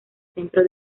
centro